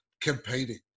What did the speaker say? competing